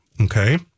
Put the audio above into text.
okay